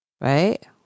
right